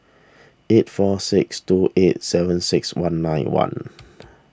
eight four six two eight seven six one nine one